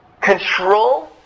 Control